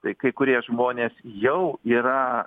tai kai kurie žmonės jau yra